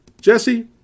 Jesse